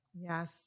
Yes